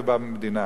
ובמדינה.